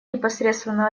непосредственную